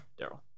daryl